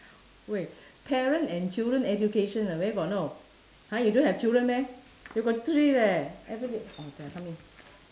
wait parent and children education uh where got no !huh! you don't have children meh you got three leh every week oh they're coming